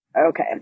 Okay